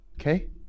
okay